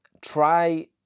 try